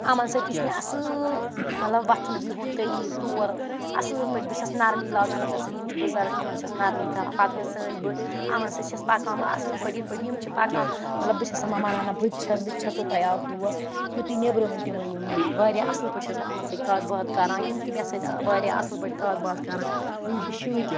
یِمَن سۭتۍ تہِ چھُ مےٚ اَصل مَطلَب وۄتھُن بِہُن طٔریٖق طور اصل پٲٹھۍ بہٕ چھس نَرمی لاگان یِمَن سۭتۍ یِم چھِ بٕزَرٕگ یِمَن چھس نَرمی لاگان پَتہٕ گوٚو سٲنۍ بٕڈۍ یِمَن سۭتۍ چھس پکان اصل پٲٹھۍ یِتھ پٲٹھۍ یِم چھِ پَکان مَطلَب بہٕ چھس سَمبالان یِمن بٕتۍ چھس بٕتۍ چھسٕوو تۄہہِ اَکھ دوس یہِ تپہپی نٮ۪برٕ وٕنوتہِ وٕنِو تُہۍ مے اصل پٲٹھۍ چھس بہٕ اَمن سۭتۍ کَتھ باتھ کَران یِم تہِ مےٚ سۭتۍ واریاہ اَصل پٲٹھۍ کَتھ باتھ کَران یِم چھِ شُرۍ